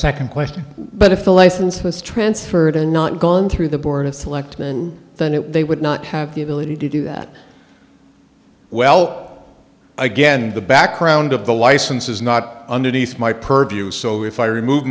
second question but if the license was transferred and not gone through the board of selectmen then it would not have the ability to do that well again the background of the license is not underneath my purview so if i remove